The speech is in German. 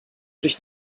dich